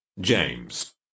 James